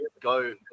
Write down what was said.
go